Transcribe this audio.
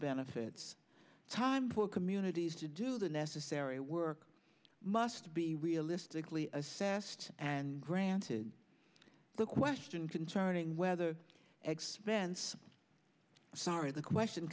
benefits time for communities to do the necessary work must be realistically assessed and granted the question concerning whether expense sorry the question